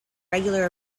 regular